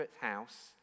house